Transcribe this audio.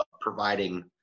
providing